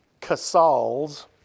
Casals